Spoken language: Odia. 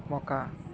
ମକା